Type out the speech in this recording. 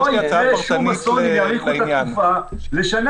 לא יקרה שום אסון אם יאריכו את התקופה לשנה.